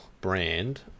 brand